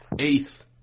Eighth